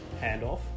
handoff